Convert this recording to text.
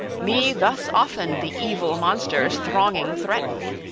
me thus often the evil monsters thronging threatened.